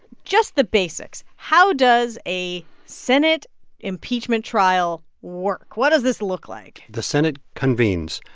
just the basics how does a senate impeachment trial work? what does this look like? the senate convenes,